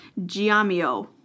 Giamio